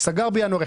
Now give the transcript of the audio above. סגר בינואר,